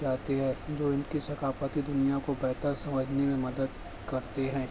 جاتی ہے جو ان کی ثقافتی دنیا کو بہتر سمجھنے میں مدد کرتی ہیں